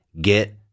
get